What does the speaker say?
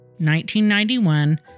1991